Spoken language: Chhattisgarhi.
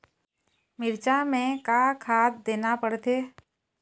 मिरचा मे का खाद देना पड़थे?